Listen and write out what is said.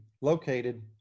located